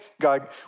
God